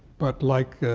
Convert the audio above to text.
but like,